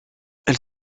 elle